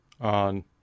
on